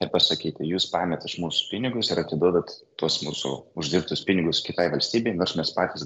ir pasakyti jūs paėmėt iš mūsų pinigus ir atiduodat tuos mūsų uždirbtus pinigus kitai valstybei nors mes patys